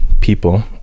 people